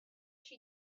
she